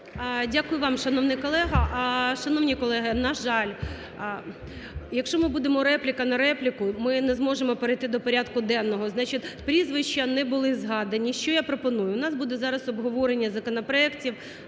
Дякую вам, шановний колего. Шановні колеги, на жаль, якщо ми будемо репліка на репліку – ми не зможемо перейти до порядку денного. Значить, прізвища не були згадані. Що я пропоную? У нас буде зараз обговорення законопроектів,